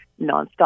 nonstop